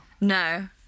No